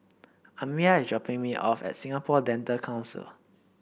Amya is dropping me off at Singapore Dental Council